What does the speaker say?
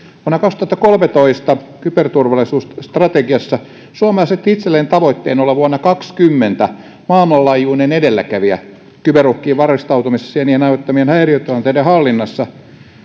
vuonna kaksituhattakolmetoista kyberturvallisuusstrategiassa suomi asetti itselleen tavoitteen olla vuonna kaksikymmentä maailmanlaajuinen edelläkävijä kyberuhkiin varustautumisessa ja niiden aiheuttamien häiriötilanteiden hallinnassa